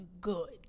good